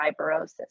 fibrosis